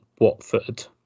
Watford